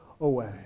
away